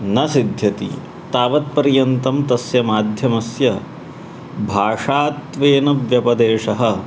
न सिद्ध्यति तावत्पर्यन्तं तस्य माध्यमस्य भाषात्वेन व्यपदेशः